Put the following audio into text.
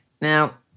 Now